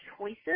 choices